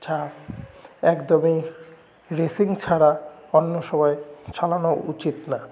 যা একদমই রেসিং ছাড়া অন্য সময় চালানো উচিত না